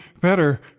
better